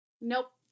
Nope